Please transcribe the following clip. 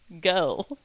go